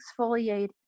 exfoliate